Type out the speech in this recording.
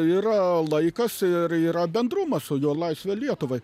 yra laikas ir yra bendrumas su juo laisvę lietuvai